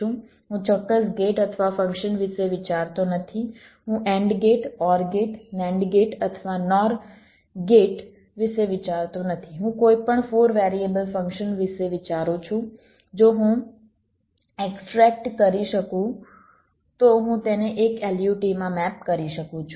હું ચોક્કસ ગેટ અથવા ફંક્શન વિશે વિચારતો નથી હું AND gate OR gate NAND gate અથવા NOR ગેટ વિશે વિચારતો નથી હું કોઈપણ 4 વેરિયેબલ ફંક્શન વિશે વિચારું છું જો હું એક્સ્ટ્રેક્ટ કરી શકું તો હું તેને એક LUT માં મેપ કરી શકું છું